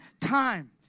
time